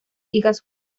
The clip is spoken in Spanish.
hijas